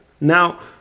Now